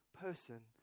person